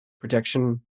protection